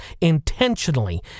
intentionally